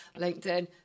LinkedIn